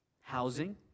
Housing